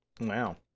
Wow